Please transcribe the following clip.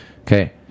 Okay